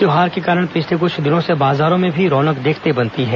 त्यौहार के कारण पिछले कुछ दिनों से बाजारों में रौनक देखते ही बन रही है